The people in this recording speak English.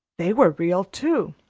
they were real too.